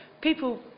people